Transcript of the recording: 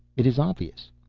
it is obvious.